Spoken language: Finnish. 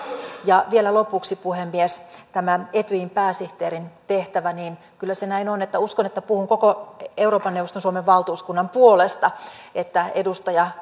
vielä lopuksi puhemies tämä etyjin pääsihteerin tehtävä niin kyllä se näin on uskon että puhun koko euroopan neuvoston suomen valtuuskunnan puolesta että edustaja